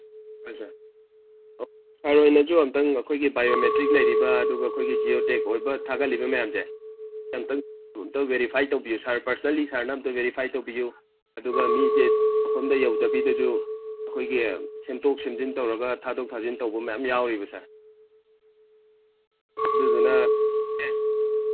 ꯍꯣꯏ sir sir ꯍꯣꯏꯅꯁꯨ ꯑꯝꯇꯪ ꯑꯩꯈꯣꯏꯒꯤ ꯕꯥꯑꯣꯃꯦꯇ꯭ꯔꯤꯛ ꯂꯩꯔꯤꯕ ꯑꯗꯨꯒ ꯑꯩꯈꯣꯏꯒꯤ ꯖꯤꯑꯣꯇꯦꯛ ꯑꯣꯏꯕ ꯊꯥꯒꯠꯂꯤꯕ ꯃꯌꯥꯝꯁꯦ ꯁꯤ ꯑꯝꯇꯪ ꯑꯝꯇꯪ ꯚꯦꯔꯤꯐꯥꯏ ꯇꯧꯕꯤꯌꯨ ꯁꯥꯔ ꯄꯔꯁꯅꯦꯜꯂꯤ ꯁꯥꯔꯅ ꯑꯝꯇ ꯚꯦꯔꯤꯐꯥꯏ ꯇꯧꯕꯤꯌꯨ ꯑꯗꯨꯒ ꯃꯤꯁꯦ ꯃꯐꯝꯗ ꯌꯧꯗꯕꯤꯗꯁꯨ ꯑꯩꯈꯏꯒꯤ ꯁꯦꯝꯇꯣꯛ ꯁꯦꯝꯖꯤꯟ ꯇꯧꯔꯒ ꯊꯥꯗꯣꯛ ꯊꯥꯖꯤꯟ ꯇꯧꯕ ꯃꯌꯥꯝ ꯌꯥꯎꯔꯤꯑꯕ ꯁꯥꯔ ꯑꯗꯨꯗꯨꯅ